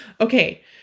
Okay